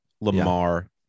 Lamar